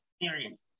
experience